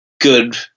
good